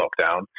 lockdown